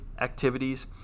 activities